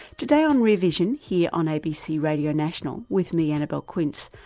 today on rear vision here on abc radio national, with me, annabelle quince,